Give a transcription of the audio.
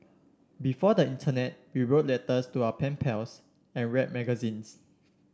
before the internet we wrote letters to our pen pals and read magazines